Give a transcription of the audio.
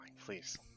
Please